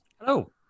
Hello